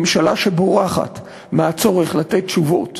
ממשלה שבורחת מהצורך לתת תשובות